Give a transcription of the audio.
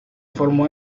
formó